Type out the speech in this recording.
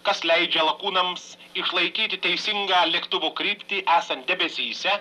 kas leidžia lakūnams išlaikyti teisingą lėktuvo kryptį esant debesyse